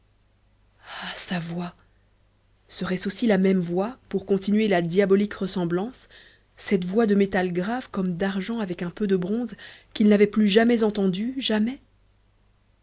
voix serait-ce aussi la même voix pour continuer la diabolique ressemblance cette voix de métal grave comme d'argent avec un peu de bronze qu'il n'avait plus jamais entendue jamais